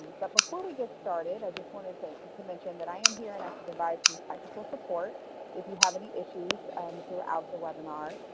but before we get started, i just wanted to to mention that i am here and i can provide some technical support if you have any issues throughout the webinar.